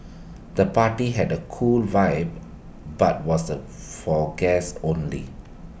the party had A cool vibe but was the for guests only